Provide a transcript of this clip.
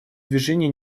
движения